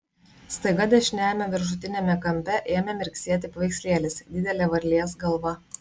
staiga dešiniajame viršutiniame kampe ėmė mirksėti paveikslėlis didelė varlės galva